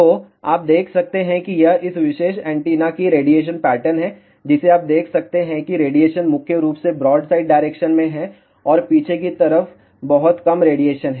तो आप देख सकते हैं कि यह इस विशेष एंटीना का रेडिएशन पैटर्न है जिसे आप देख सकते हैं कि रेडिएशन मुख्य रूप से ब्रॉडसाइड डायरेक्शन में है और पीछे की तरफ बहुत कम रेडिएशन है